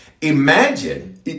imagine